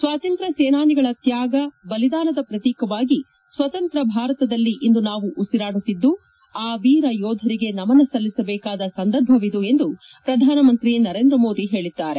ಸ್ವಾತಂತ್ರ್ವ ಸೇನಾನಿಗಳ ತ್ವಾಗ ಬಲಿದಾನದ ಪ್ರತೀಕವಾಗಿ ಸ್ವತಂತ್ರ ಭಾರತದಲ್ಲಿ ಇಂದು ನಾವು ಉಸಿರಾಡುತ್ತಿದ್ದು ಆ ವೀರ ಯೋಧರಿಗೆ ನಮನ ಸಲ್ಲಿಸಬೇಕಾದ ಸಂದರ್ಭವಿದು ಎಂದು ಪ್ರಧಾನಮಂತ್ರಿ ನರೇಂದ್ರ ಮೋದಿ ಹೇಳಿದ್ದಾರೆ